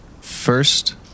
First